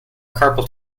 carpal